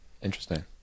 Interesting